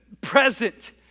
present